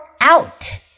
out